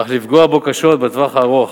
אך לפגוע בו קשות בטווח הארוך.